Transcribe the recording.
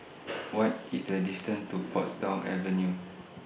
What IS The distance to Portsdown Avenue